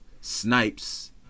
Snipes